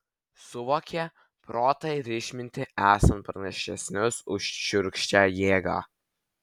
suvokė protą ir išmintį esant pranašesnius už šiurkščią jėgą